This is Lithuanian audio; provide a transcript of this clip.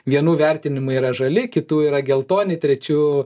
vienų vertinimai yra žali kitų yra geltoni trečių